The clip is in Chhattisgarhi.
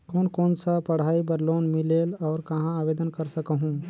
कोन कोन सा पढ़ाई बर लोन मिलेल और कहाँ आवेदन कर सकहुं?